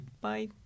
Bye